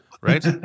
Right